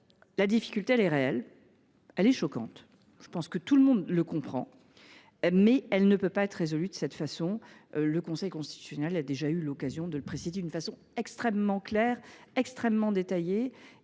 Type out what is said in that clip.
La difficulté est réelle, elle est choquante – tout le monde le comprend –, mais elle ne peut pas être résolue de cette façon. Le Conseil constitutionnel a déjà eu l’occasion de le préciser d’une façon extrêmement claire et détaillée.